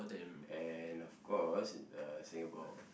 and of course uh say about